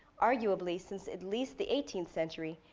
arguably since at least the eighteenth century,